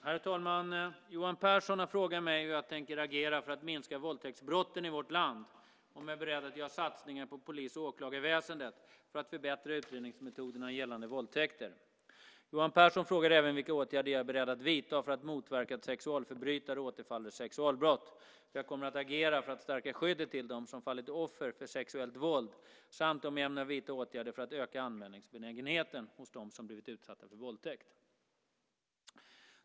Herr talman! Johan Pehrson har frågat mig hur jag tänker agera för att minska våldtäktsbrotten i vårt land, om jag är beredd att göra satsningar på polis och åklagarväsendet för att förbättra utredningsmetoderna gällande våldtäkter. Johan Pehrson frågar även vilka åtgärder jag är beredd att vidta för att motverka att sexualförbrytare återfaller i sexualbrott, hur jag kommer att agera för att stärka skyddet för dem som fallit offer för sexuellt våld samt om jag ämnar vidta åtgärder för att öka anmälningsbenägenheten hos dem som blivit utsatta för våldtäkt.